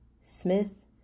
Smith